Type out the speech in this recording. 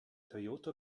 toyota